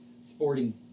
sporting